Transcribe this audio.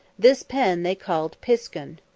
this pen they called piskun.